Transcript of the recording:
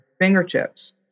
fingertips